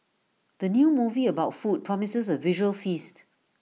the new movie about food promises A visual feast